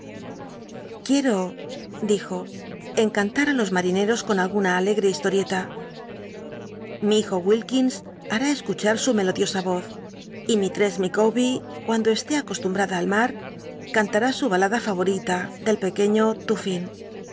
quiero dijo encantar ti los mal'incros con alguna alegre historieta mi hijo wilkins ha ni escuchar su melodiosa voz y mistress mica wber cuando esté acostumbrada al mar cant w i su balada fa orita del pequeño